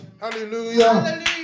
Hallelujah